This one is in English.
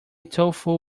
tofu